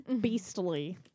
beastly